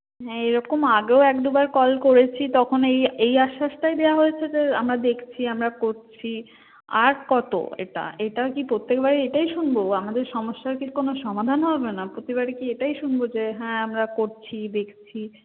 হ্যাঁ এই রকম আগেও এক দুবার কল করেছি তখন এই এই আশ্বাসটাই দেওয়া হয়েছে যে আমরা দেখছি আমরা করছি আর কত এটা এটা কি প্রত্যেকবার এটাই শুনব আমাদের সমস্যার কি কোনো সমাধান হবে না প্রতিবারই কি এটাই শুনব যে হ্যাঁ আমরা করছি দেখছি